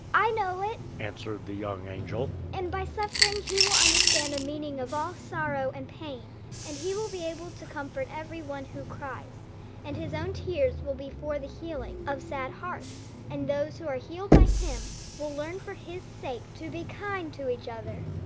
i know it, answered the young angel, and by suffering he will understand the meaning of all sorrow and pain and he will be able to comfort every one who cries and his own tears will be for the healing of sad hearts and those who are healed by him will learn for his sake to be kind to each other.